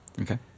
Okay